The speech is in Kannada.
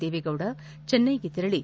ದೇವೇಗೌಡ ಚೆನ್ನೈಗೆ ತೆರಳಿ